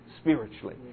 spiritually